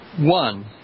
one